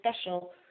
special